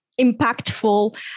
impactful